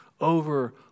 over